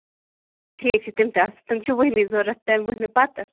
ٹھیٖک چھِ تِم تہِ آسہٕ تِم چھِ ؤہمہِ ضوٚرَتھ تَمہِ وٕہمہِ پَتہٕ